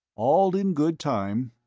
all in good time.